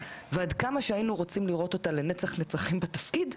ועד כמה שהיינו רוצים לראות אותה לנצח נצחים בתפקיד,